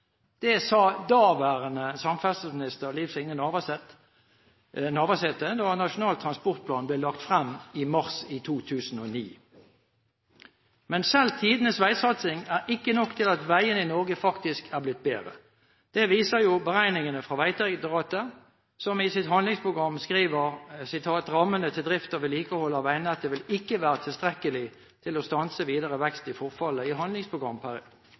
sa daværende samferdselsminister Liv Signe Navarsete da Nasjonal transportplan ble lagt frem i mars i 2009. Men selv «tidenes vegsatsing» er ikke nok til at veiene i Norge faktisk er blitt bedre. Det viser jo beregningene fra Vegdirektoratet, som i sitt handlingsprogram skriver: «Rammene til drift og vedlikehold av vegnettet vil ikke være tilstrekkelig til å stanse videre vekst i forfallet i